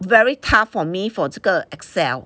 very tough for me for 这个 excel